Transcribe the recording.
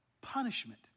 punishment